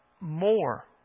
more